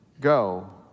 go